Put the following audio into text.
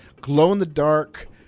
glow-in-the-dark